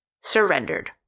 surrendered